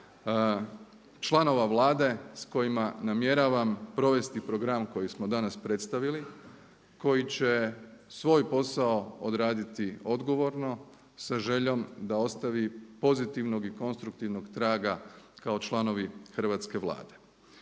članova Vlade s kojima namjeravam provesti program koji smo danas predstavili, koji će svoj posao odraditi odgovorno sa željom da ostavi pozitivnog i konstruktivnog traga kao članovi Hrvatske vlade.